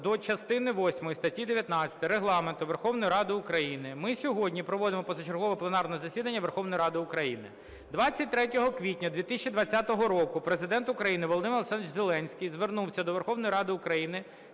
до частини восьмої статті 19 Регламенту Верховної Ради України ми сьогодні проводимо позачергове пленарне засідання Верховної Ради України. 23 квітня 2020 року Президент України Володимир Олександрович Зеленський звернувся до Верховної Ради України